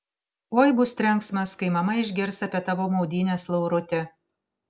oi bus trenksmas kai mama išgirs apie tavo maudynes lauruti